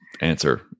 answer